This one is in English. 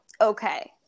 okay